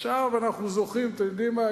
עכשיו אנחנו זוכרים, אתם יודעים מה?